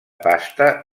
pasta